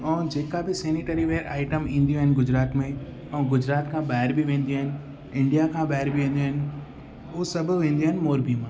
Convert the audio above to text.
ऐं जेका बि सेनेटरीवेयर आइटम ईंदियूं आहिनि गुजरात में ऐं गुजरात खां ॿाहिरि बि वेंदियूं आहिनि इंडिया खां ॿाहिरि बि वेंदियूं आहिनि उहे सभु वेंदियूं आहिनि मोर्बी मां